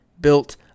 built